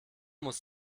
muss